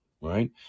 right